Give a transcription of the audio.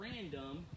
random